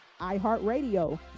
iHeartRadio